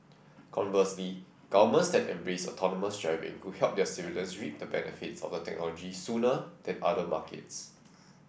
conversely governments that embrace autonomous driving could help their civilians reap the benefits of the technology sooner than other markets